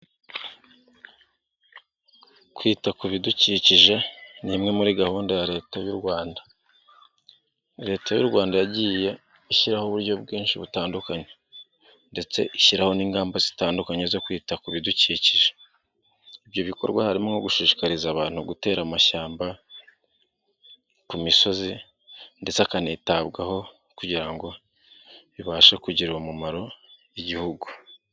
Kwita ku bidukikije ni imwe muri gahunda ya leta y'u Rwanda. Leta y'u Rwanda yagiye ishyiraho uburyo bwinshi butandukanye ndetse ishyiraho n'ingamba zitandukanye zo kwita ku bidukikije. Ibyo bikorwa harimo gushishikariza abantu gutera amashyamba ku misozi ndetse hakanitabwa kugira ngo ibashe kugira umumaro igihugu.